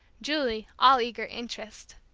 julie all eager interest.